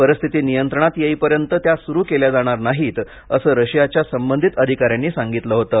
परिस्थिती नियंत्रणात येईपर्यंत त्या सुरू केल्या जाणार नाहीत असं रशियाच्या संबंधित अधिकाऱ्यांनी सांगितलं होतं